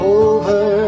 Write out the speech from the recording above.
over